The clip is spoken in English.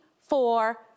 four